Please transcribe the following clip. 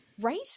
Right